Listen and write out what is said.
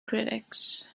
critics